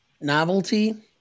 Novelty